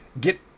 get